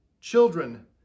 Children